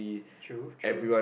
true true